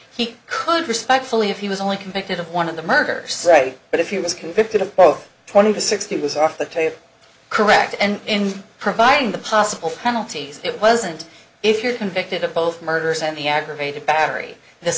he could respectfully if he was only convicted of one of the murders but if you was convicted of twenty to sixty it was off the table correct and in providing the possible penalties it wasn't if you're convicted of both murders and the aggravated battery this